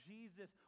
Jesus